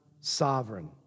sovereign